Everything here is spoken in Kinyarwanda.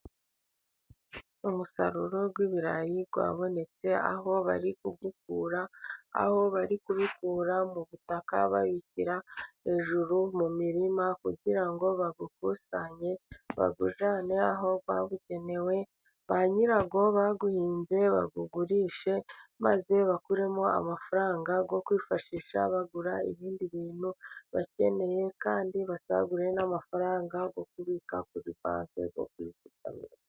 Umusaruro w'ibirayi wabonetse, aho bari kuwukura, aho bari kubikura mu butaka babishyira hejuru mu mirima, kugira ngo bawukusanye, bawujyane aho bawugeneye, ba nyirawo bawuhinze bawugurishe, maze bakuremo amafaranga yo kwifashisha bagura ibindi bintu bakeneye, kandi basagure n'amafaranga yo kubika kuri banke yo kwizigamira.